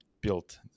built